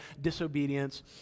disobedience